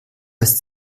ist